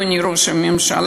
אדוני ראש הממשלה,